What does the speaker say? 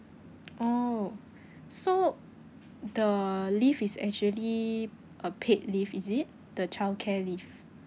oh so the leave is actually a paid leave is it the childcare leave